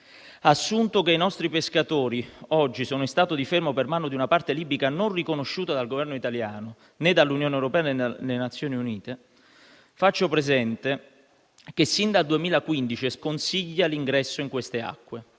Assunto che i nostri pescatori sono oggi in stato di fermo per mano di una parte libica non riconosciuta dal Governo italiano, né dall'Unione europea, né dalle Nazioni Unite, faccio presente che sin dal 2015 è specificato sul